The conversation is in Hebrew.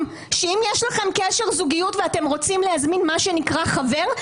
שאם יש לכם קשר זוגיות ואתם רוצים להזמין מה שנקרא חבר,